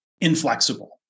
inflexible